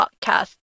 podcast